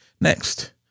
Next